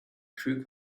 crew